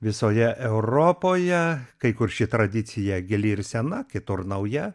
visoje europoje kai kur ši tradicija gili ir sena kitur nauja